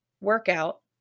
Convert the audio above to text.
workout